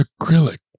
acrylic